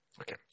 Okay